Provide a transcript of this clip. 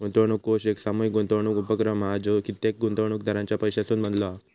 गुंतवणूक कोष एक सामूहीक गुंतवणूक उपक्रम हा जो कित्येक गुंतवणूकदारांच्या पैशासून बनलो हा